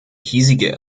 hiesige